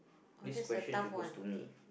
this question should goes to me